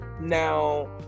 Now